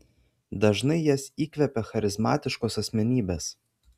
dažnai jas įkvepia charizmatiškos asmenybės